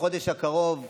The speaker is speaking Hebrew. בחודש הקרוב,